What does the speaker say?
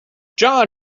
jaw